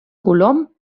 colom